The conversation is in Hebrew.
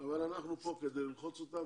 אבל אנחנו כאן כדי ללחוץ אותם,